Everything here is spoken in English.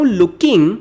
looking